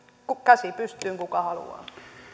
käsi pystyyn kuka haluaa